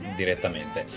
direttamente